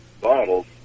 bottles